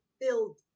build